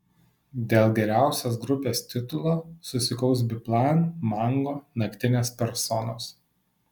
dėl geriausios grupės titulo susikaus biplan mango naktinės personos